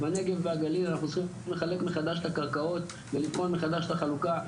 ובנגב ובגליל אנחנו צריכים לחלק מחדש את הקרקעות ולקבוע מחדש את החלוקה,